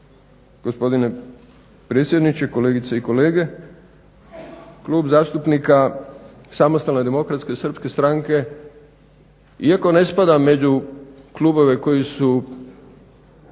gospodine predsjedniče, kolegice i kolege, Klub zastupnika Samostalne demokratske srpske stranke iako ne spada među klubove koji su